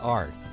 art